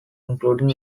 including